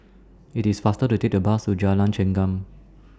IT IS faster to Take The Bus to Jalan Chengam